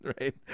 Right